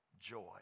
joy